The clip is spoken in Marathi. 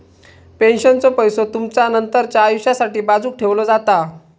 पेन्शनचो पैसो तुमचा नंतरच्या आयुष्यासाठी बाजूक ठेवलो जाता